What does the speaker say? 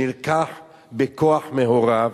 שנלקח בכוח מהוריו,